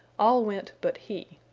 all went but he.